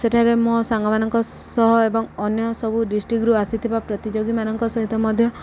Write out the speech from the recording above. ସେଠାରେ ମୋ ସାଙ୍ଗମାନଙ୍କ ସହ ଏବଂ ଅନ୍ୟ ସବୁ ଡିଷ୍ଟ୍ରିକ୍ଟରୁ ଆସିଥିବା ପ୍ରତିଯୋଗୀମାନଙ୍କ ସହିତ ମଧ୍ୟ